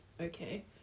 okay